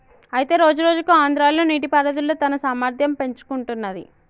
అయితే రోజురోజుకు ఆంధ్రాలో నీటిపారుదల తన సామర్థ్యం పెంచుకుంటున్నది